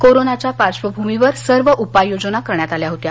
कोरोनाच्या पार्श्वभूमीवर सर्व उपाययोजना करण्यात आल्या होत्या